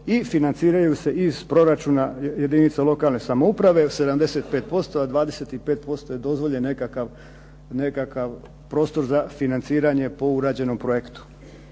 i financiraju se iz proračuna jedinica lokalne samouprave 75%, a 25% je dozvoljen nekakav prostor za financiranje po urađenom projektu.